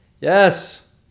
yes